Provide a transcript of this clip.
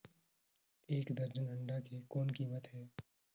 एक दर्जन अंडा के कौन कीमत हे?